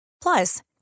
Plus